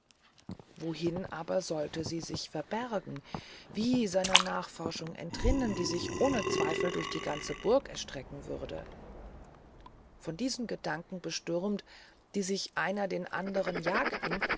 wohin aber sollte sie sich verbergen wie seiner nachforschung entrinnen die sich ohne zweifel durch die ganze burg erstrecken würde von diesen gedanken bestürmt die sich einer den andern jagten